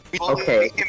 Okay